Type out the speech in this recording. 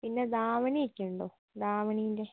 പിന്നെ ധാവണിയൊക്കെ ഉണ്ടോ ധാവണീൻ്റെ